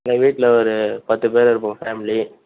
எங்கள் வீட்டில் ஒரு பத்து பேரு இருப்போம் ஃபேமிலி